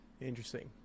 Interesting